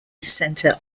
center